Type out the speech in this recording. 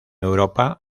europa